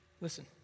Listen